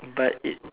but it